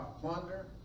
plunder